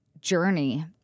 journey